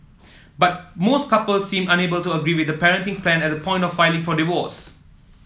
but most couples seemed unable to agree with the parenting plan at the point of filing for divorce